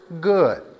good